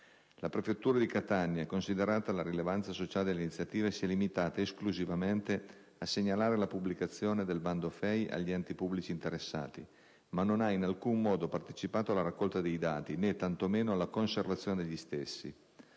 La prefettura di Catania, considerata la rilevanza sociale dell'iniziativa, si è limitata esclusivamente a segnalare la pubblicazione del bando FEI agli enti pubblici interessati, ma non ha in alcun modo partecipato alla raccolta dei dati, né tanto meno alla conservazione degli stessi.